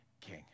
king